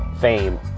fame